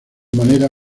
manera